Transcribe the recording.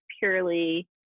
purely